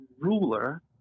ruler